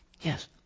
Yes